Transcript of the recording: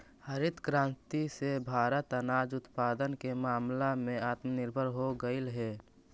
हरित क्रांति से भारत अनाज उत्पादन के मामला में आत्मनिर्भर हो गेलइ हे